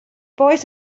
boys